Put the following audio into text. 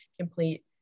complete